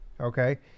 Okay